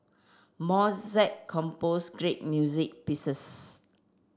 Mozart composed great music pieces